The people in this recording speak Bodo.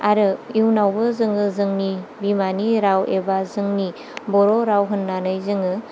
आरो इयुनावबो जोङो जोंनि बिमानि राव एबा जोंनि बर' राव होन्नानै जोङो